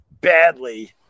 badly